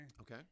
Okay